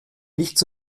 nichts